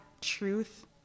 truth